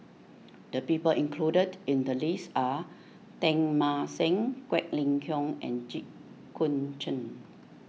the people included in the list are Teng Mah Seng Quek Ling Kiong and Jit Koon Ch'ng